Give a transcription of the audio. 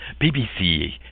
BBC